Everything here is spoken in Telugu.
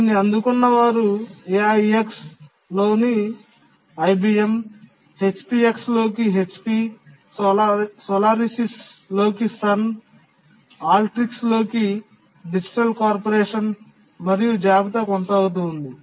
దీన్ని అందుకున్న వారు AIX లోకి IBM HP UX లోకి హెచ్పి Solarisis లోకి Sun Ultrix లోకి Digital Corporation మరియు జాబితా కొనసాగుతుంది